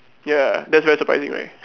ya that's very surprising right